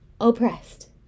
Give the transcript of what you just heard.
oppressed